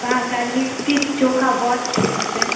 वहाँ का लिट्टी चोखा बहुत फेमस है